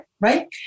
right